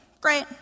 great